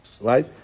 Right